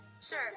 Sure